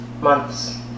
months